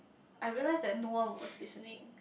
I realise that no one was listening